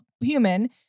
human